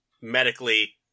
medically